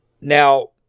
Now